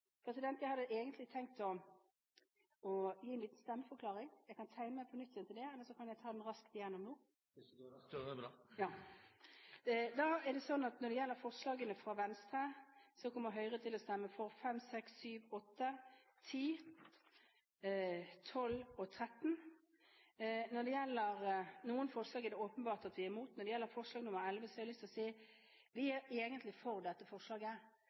Jeg hadde egentlig tenkt å gi en liten stemmeforklaring. Jeg kan tegne meg på nytt til det, eller kan jeg ta den raskt nå? Hvis det går raskt, så går det bra. Når det gjelder forslagene fra Venstre, kommer Høyre til å stemme for forslagene nr. 5, 6, 7, 8, 10, 12 og 13. Noen forslag er det åpenbart at vi er imot. Når det gjelder forslag nr. 11, har jeg lyst til å si: Vi er egentlig for dette forslaget,